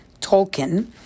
Tolkien